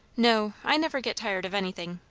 no i never get tired of anything.